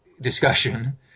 Discussion